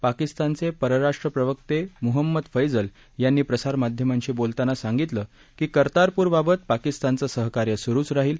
पाकिस्तानचे परराष्ट्र प्रवक्ते मुहम्मद फैजल यांनी प्रसारमाध्यमांशी बोलताना सांगितलं की कर्तारपूरबाबत पाकिस्तानचं सहकार्य स्रुच राहील